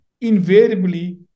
invariably